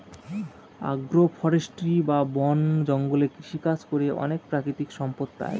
আগ্র ফরেষ্ট্রী বা বন জঙ্গলে কৃষিকাজ করে অনেক প্রাকৃতিক সম্পদ পাই